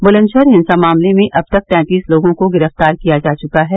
बुलंदशहर हिंसा मामले में अब तक तैंतीस लोगों को गिरफ्तार किया जा चुका है